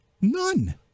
None